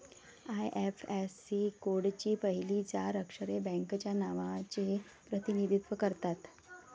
IFSC कोडची पहिली चार अक्षरे बँकेच्या नावाचे प्रतिनिधित्व करतात